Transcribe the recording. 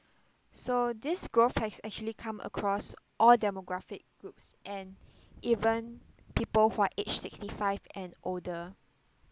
so this growth has actually come across all demographic groups and even people who are age sixty five and older